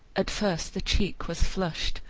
at first the cheek was flushed,